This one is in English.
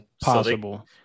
possible